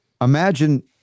Imagine